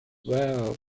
well